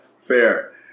fair